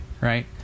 right